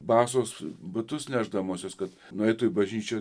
basos batus nešdamosis kad nueitų į bažnyčią